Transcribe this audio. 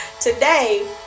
today